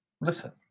Listen